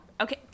okay